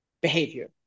behavior